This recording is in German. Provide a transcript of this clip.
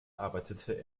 arbeitete